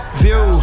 view